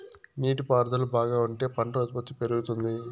నీటి పారుదల బాగా ఉంటే పంట ఉత్పత్తి పెరుగుతుంది